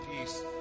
peace